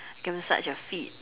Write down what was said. massage your feet